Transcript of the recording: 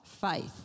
faith